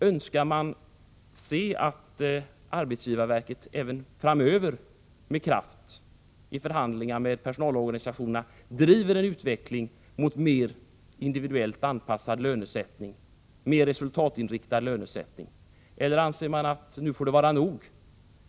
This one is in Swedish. Önskar man se att arbetsgivarverket även framöver med kraft i förhandlingar med personalorganisationerna driver en utveckling mot mer individuellt anpassad och mer resultatinriktad lönesättning, eller anser man att nu får det vara nog?